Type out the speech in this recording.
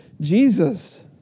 Jesus